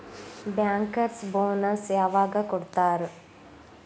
Bankers bonus ಯವಾಗ್ ಕೊಡ್ತಾರ?